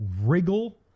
wriggle